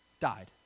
died